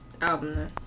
album